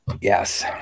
Yes